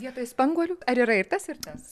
vietoj spanguolių ar yra ir tas ir tas